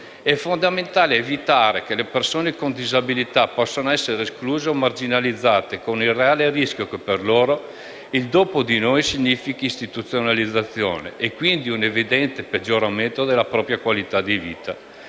È fondamentale evitare che persone con disabilità possano essere escluse o marginalizzate, con il reale rischio che per loro il dopo di noi significhi istituzionalizzazione e quindi un evidente peggioramento della propria qualità di vita.